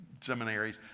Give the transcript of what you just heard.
seminaries